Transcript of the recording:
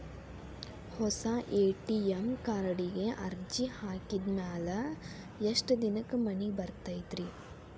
ಹೊಸಾ ಎ.ಟಿ.ಎಂ ಕಾರ್ಡಿಗೆ ಅರ್ಜಿ ಹಾಕಿದ್ ಮ್ಯಾಲೆ ಎಷ್ಟ ದಿನಕ್ಕ್ ಮನಿಗೆ ಬರತೈತ್ರಿ?